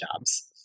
jobs